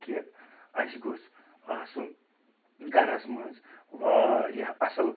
کہِ اسہِ گوٚژھ آسُن گھرَس منٛز واریاہ اصٕل